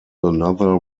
another